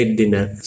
dinner